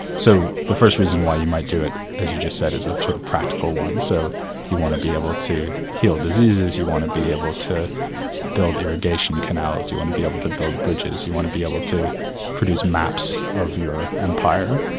so the first reason why you might do it, as you just said, it's a sort of practical one, so you want to be able to heal diseases, you want to be able to build irrigation canals, you want to be able to build bridges, you want to be able to produce maps of your empire,